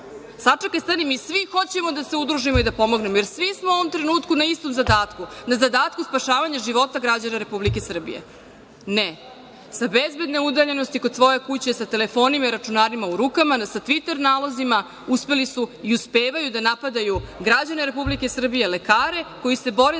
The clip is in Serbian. sačekaj, stani, mi svi hoćemo da se udružimo i da pomognemo, jer svi smo u ovom trenutku na istom zadatku, na zadatku spašavanja života građana Republike Srbije. Ne, sa bezbedne udaljenosti kod svoje kuće, sa telefonima i računarima u rukama, sa Tviter nalozima uspeli su i uspevaju da napadaju građane Republike Srbije, lekare koji se bore